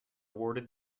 awarded